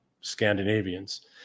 Scandinavians